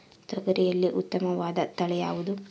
ತೊಗರಿಯಲ್ಲಿ ಉತ್ತಮವಾದ ತಳಿ ಯಾವುದು?